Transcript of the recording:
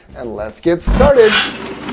and let's get started.